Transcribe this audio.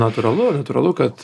natūralu natūralu kad